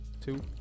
two